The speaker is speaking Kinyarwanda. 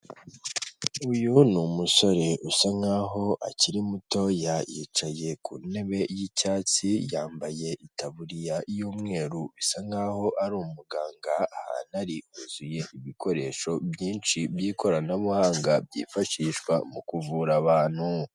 Uyu ni umusore usa nkaho akiri mutoya yicaye ku ntebe y'icyatsi yambaye itaburiya y'umweru bisa nkaho ari umuganga, ahantu ari huzuye ibikoresho byinshi by'ikoranabuhanga, byifashishwa mu kuvura abantu.